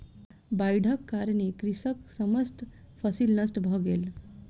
बाइढ़क कारणेँ कृषकक समस्त फसिल नष्ट भ गेल